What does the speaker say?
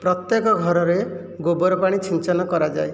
ପ୍ରତ୍ୟେକ ଘରରେ ଗୋବରପାଣି ସିଞ୍ଚନ କରାଯାଏ